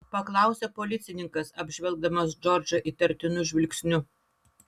paklausė policininkas apžvelgdamas džordžą įtartinu žvilgsniu